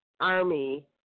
Army